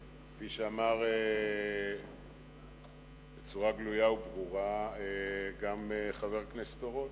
כפי שאמר בצורה גלויה וברורה גם חבר הכנסת אורון.